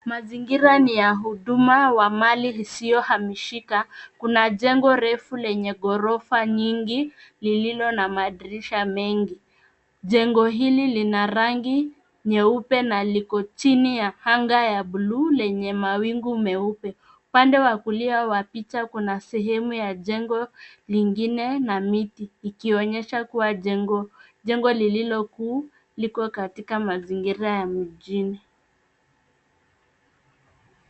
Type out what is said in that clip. Mazingira ni ya huduma wa mali isiyohamishika. Kuna jengo refu lenye ghorofa nyingi lililo na madirisha mengi. Jengo hili lina rangi nyeupe na liko chini ya anga ya buluu lenye mawingu meupe. Upande wa kulia wa picha kuna sehemu ya jengo lingine na miti ikionyesha kuwa jengo, jengo lililo kuu liko katika mazingira ya mjini.